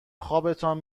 خوابتان